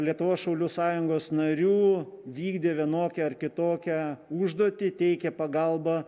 lietuvos šaulių sąjungos narių vykdė vienokią ar kitokią užduotį teikė pagalbą